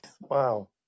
wow